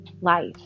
life